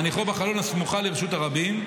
מניחו בחלון הסמוכה לרשות הרבים.